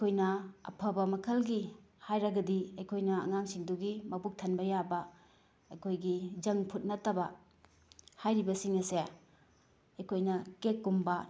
ꯑꯩꯈꯣꯏꯅ ꯑꯐꯕ ꯃꯈꯜꯒꯤ ꯍꯥꯏꯔꯒꯗꯤ ꯑꯩꯈꯣꯏꯅ ꯑꯉꯥꯡꯁꯤꯡꯗꯨꯒꯤ ꯃꯄꯨꯛ ꯊꯟꯕ ꯌꯥꯕ ꯑꯩꯈꯣꯏꯒꯤ ꯖꯪ ꯐꯨꯗ ꯅꯠꯇꯕ ꯍꯥꯏꯔꯤꯕꯁꯤꯡ ꯑꯁꯦ ꯑꯩꯈꯣꯏꯅ ꯀꯦꯛꯀꯨꯝꯕ